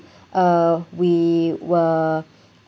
uh we were